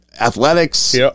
Athletics